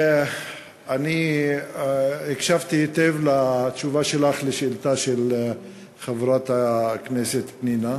אני הקשבתי היטב לתשובה שלך על השאילתה של חברת הכנסת פנינה,